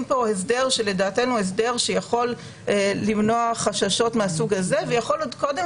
פה הסדר שלדעתנו יכול למנוע חששות מהסוג הזה ויכול עוד קודם